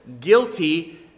guilty